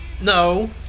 No